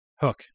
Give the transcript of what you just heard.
Hook